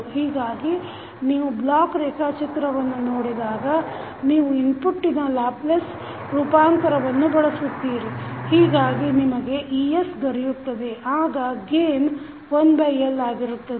ಹೀಗಾಗಿ ನೀವು ಬ್ಲಾಕ್ ರೇಖಾಚಿತ್ರವನ್ನು ನೋಡಿದಾಗ ನೀವು ಇನ್ಪುಟ್ಟಿನ ಲ್ಯಾಪ್ಲೇಸ್ ರೂಪಾಂತರವನ್ನು ಬಳಸುತ್ತೀರಿ ಹೀಗಾಗಿ ನಿಮಗೆ es ದೊರೆಯುತ್ತದೆ ಆಗ ಗೇನ್ 1L ಆಗಿರುತ್ತದೆ